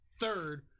third